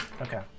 Okay